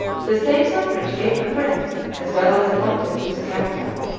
the same suffrage gave a prince, as well as a pontiff, to the capital.